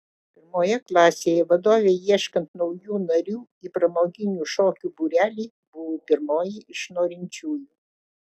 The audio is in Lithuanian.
pirmoje klasėje vadovei ieškant naujų narių į pramoginių šokių būrelį buvau pirmoji iš norinčiųjų